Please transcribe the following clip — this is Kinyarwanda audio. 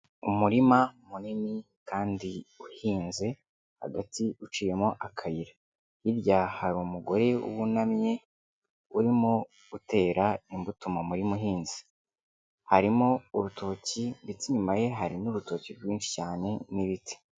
Umurima munini kandi uhinze, hagati uciyemo akayira. hirya hari umugore wunamye urimo gutera imbuto mu murima uhinzi. Harimo urutoki, ndetse inyuma ye hari n'urutoki rwinshi cyane n'ibiti.